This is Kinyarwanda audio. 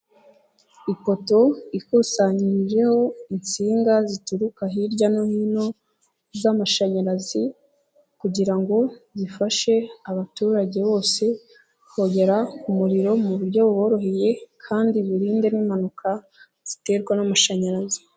Ipoto ikusanyirijeho insinga zituruka hirya no hino z'amashanyarazi kugira ngo zifashe abaturage bose ko kwegera umuriro mu buryo buboroheye kandi birinde n'impanuka ziterwa n'amashanyarazi.